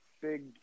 big